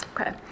okay